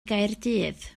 gaerdydd